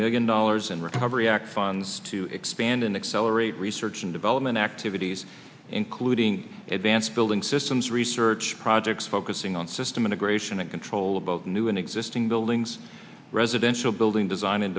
million dollars in recovery act funds to expand and accelerate research and development activities including advanced building systems research projects focusing on system integration and control about new and existing buildings residential building design and